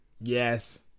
yes